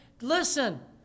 Listen